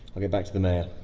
i'll get back to the mayor.